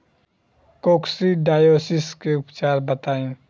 Coccidiosis के उपचार बताई?